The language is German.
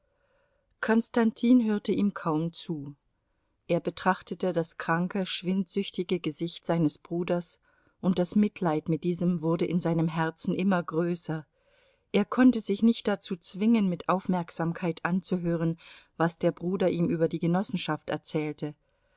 konstantin hörte ihm kaum zu er betrachtete das kranke schwindsüchtige gesicht seines bruders und das mitleid mit diesem wurde in seinem herzen immer größer er konnte sich nicht dazu zwingen mit aufmerksamkeit anzuhören was der bruder ihm über die genossenschaft erzählte